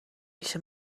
پیش